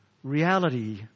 Reality